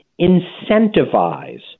incentivize